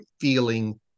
feeling